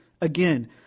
Again